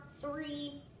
three